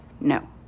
No